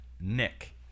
Nick